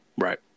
Right